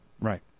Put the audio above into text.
right